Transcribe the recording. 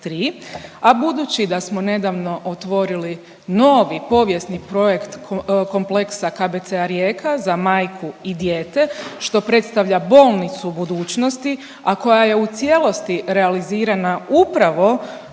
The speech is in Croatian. a budući da smo nedavno otvorili novi povijesni projekt kompleksa KBC Rijeka za majku i dijete što predstavlja bolnicu budućnosti, a koja je u cijelosti realizirana upravo